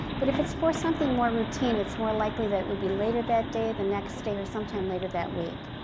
but if it's for something more routine, it's more likely that it would be later that day, the next day or sometime later that week.